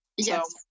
Yes